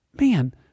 man